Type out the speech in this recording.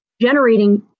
generating